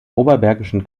oberbergischen